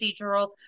procedural